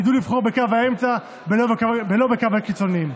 ידעו לבחור בקו האמצע ולא בקו הקיצוניים.